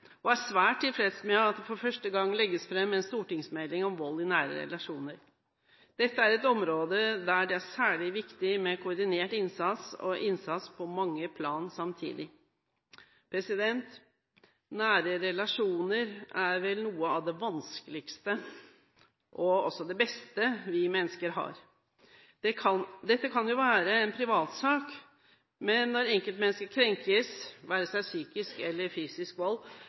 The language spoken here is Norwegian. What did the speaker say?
og er svært tilfreds med at det for første gang legges fram en stortingsmelding om vold i nære relasjoner. Dette er et område der det er særlig viktig med koordinert innsats og innsats på mange plan samtidig. Nære relasjoner er vel noe av det vanskeligste og også det beste vi mennesker har. Det kan være en privatsak, men når enkeltmennesker krenkes, det være seg ved psykisk eller fysisk vold,